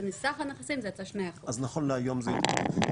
ומסך הנכסים זה יצא 2%. אז נכון להיום זה --- כן.